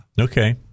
Okay